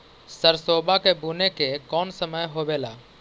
सरसोबा के बुने के कौन समय होबे ला?